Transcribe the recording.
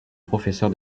professeur